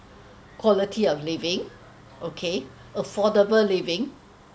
quality of living okay affordable living